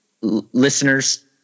listeners